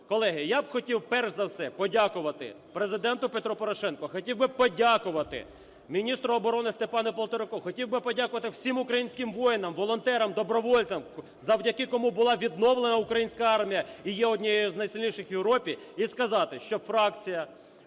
колеги, я хотів би перш за все, подякувати Президенту Петру Порошенку. Хотів би подякувати міністру оборони СтепануПолтораку. Хотів би подякувати всім українським воїнам, волонтерам, добровольцям, завдяки кому була відновлена українська армія і є однією з найсильніших в Європі, і сказати, що фракція